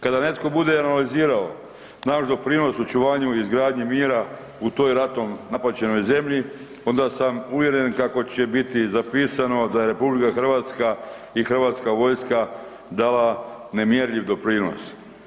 Kada netko bude analizirao naš doprinos očuvanju i izgradnji mjera u tom ratom napaćenoj zemlji, onda sam uvjeren kako će biti zapisano da je RH i hrvatska vojska dala nemjerljiv doprinos.